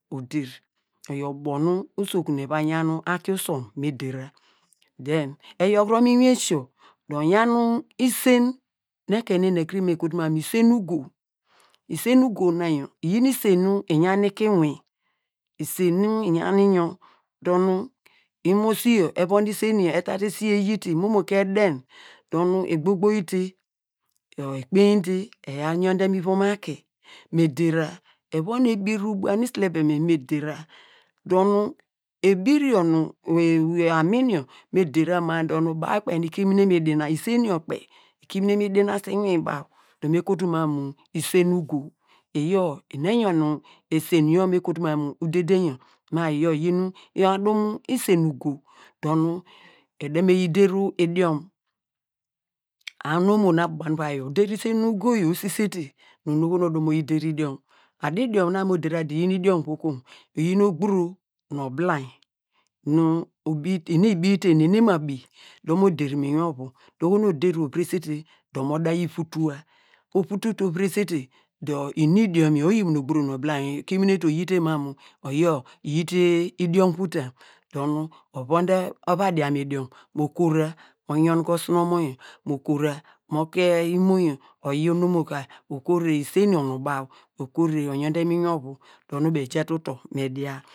O der oyor ubo nu usokun eva yan aki usom me dera, den eyor kuro mu esi dor eyan isen nu ekein neni ekuru me kotu man mu isen ugo na yor iyin isen nu iyan iki inwin, isen nu iyan nyor dor nu imosi yor evon de isen yor eta esi yor eyi te momo ka ede dor nu egbogboyite ekpeinyi te eyon te mu aki me dera evon ebir nu ubuan nu isilebem evon me dera dor nu ebir yor nu amin yor nu me dera ma dor nu baw kpeyi ikimine mu diana, isen yor kpe ikimine mi dianese inwin baw dor me kotu mam mu isen uyo. Iyaw eni eyon esen yor me kotu mam mu udedein yor ma iyor iyi nu adum isen ugu dor ede me yi deru idiom, onu nu abo banu ivom uvai yor oder te usen ugo yor usisete dor oho yor nu oda mu oyi der idiom adu idiom na nu mu dera dor iyi idiom vo kum, iyi nu ogburo nu obilainy nu ubi, inu nu ibite nu inu nu imabi dor mor der mi inwin ovu dor oho nu oder te oviresete dor mo da yi vutua, ovutu te oviresete dor imi idion yor oyi minu ogburo nu obilainy, ekimine te mam mu oyor iyite idiom vutam dor nu ovun te ova dian nu idiom mo kora mo yon ke osinomo yor mo kora mo kie imo yor oyi onomo yor ka, okure isen yor nu baw, okore oyun de mi inwin ovu dor nu baw eja te utor me dia.